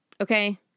Okay